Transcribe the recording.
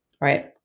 Right